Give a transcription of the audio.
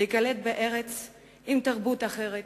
להיקלט בארץ עם תרבות אחרת,